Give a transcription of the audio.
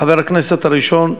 חבר הכנסת הראשון,